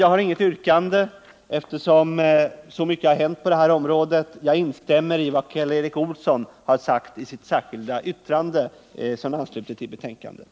Jag har inget yrkande, eftersom så mycket har hänt på det här området. Jag instämmer i vad Karl Erik Olsson har sagt i sitt särskilda yttrande som avslutning till betänkandet.